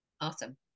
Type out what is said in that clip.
Awesome